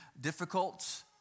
difficult